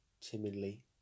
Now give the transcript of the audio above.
Timidly